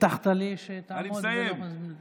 הבטחת לי שתעמוד בלוח הזמנים.